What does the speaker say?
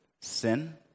sin